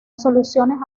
soluciones